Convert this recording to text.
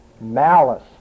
malice